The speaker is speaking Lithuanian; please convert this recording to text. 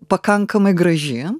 pakankamai graži